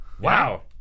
Wow